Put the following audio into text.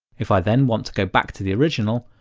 if i then want to go back to the original,